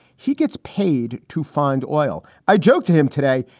he gets paid to find oil. i joked to him today,